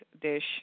dish